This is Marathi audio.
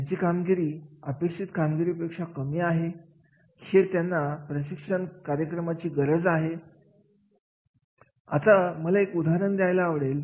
एखाद्या व्यक्तीला जर कामाच्या ठिकाणी आणि दीर्घकालीन संधी दिसत असेल तर ते या ठिकाणी त्यांचे स्वतःचे भवितव्य पाहत असतात आणि यामधून कर्मचारी आणि संस्था दोघांसाठी दीर्घकालीन नियोजन तयार होत असते